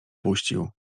puścił